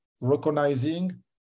recognizing